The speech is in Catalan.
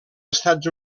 estats